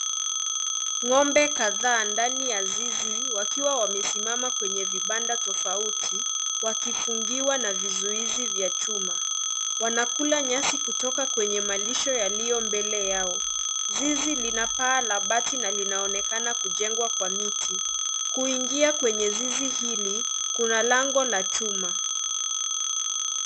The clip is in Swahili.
Ngombe kadhaa ndani ya zizi wakiwa wamesimama kwenye vibanda tofauti. Wakifungiwa na vizuizi vya chuma. Wanakula nyasi kutoka kwenye malisho yaliyo mbele yao. Zizi lina paa la bati na linaonekana kujengwa kwa miti. Kuingia kwenye zizi hili kuna lango la chuma.